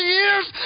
years